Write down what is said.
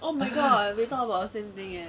oh my god we thought about the same thing eh